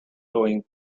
towing